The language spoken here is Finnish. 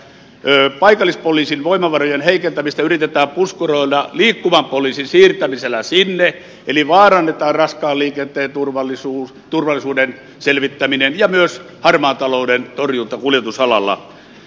paikallispoliisin voimavarojen heikentämistä yritetään puskuroida liikkuvan poliisin siirtämisellä sinne eli vaarannetaan raskaan liikenteen turvallisuuden selvittäminen ja myös harmaan talouden torjunta kuljetusalalla